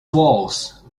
walls